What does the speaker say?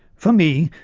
for me,